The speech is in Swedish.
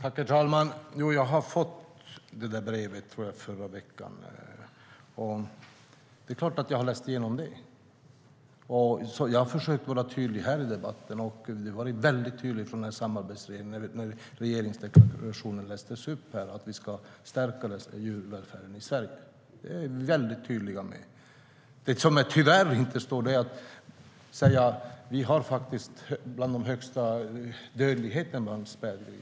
Herr talman! Ja, jag har fått det där brevet. Jag tror att det var förra veckan. Det är klart att jag har läst igenom det. Jag har försökt vara tydlig i den här debatten, och när samarbetsregeringens regeringsdeklaration lästes upp framkom det väldigt tydligt att vi ska stärka djurvälfärden i Sverige.Det som tyvärr inte står är att dödligheten bland spädgrisar hos oss är bland de högsta.